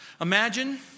Imagine